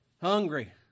hungry